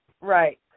Right